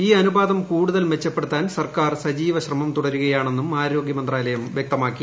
ഈ അനുപാതം കൂടുതൽ മെച്ചപ്പെടുത്താൻ സർക്കാർ സജീവശ്രമം തുടരുകയാണെന്നും ആരോഗ്യമന്ത്രാലയം വ്യക്തമാക്കി